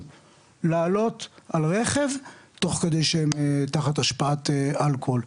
לעלות על רכב תוך כדי שהם תחת השפעת אלכוהול,